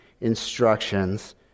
instructions